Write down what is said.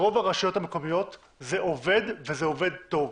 ברוב הרשויות המקומיות זה עובד, וזה עובד טוב.